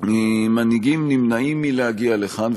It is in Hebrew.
שמנהיגים נמנעים להגיע לכאן.